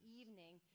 evening